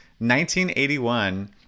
1981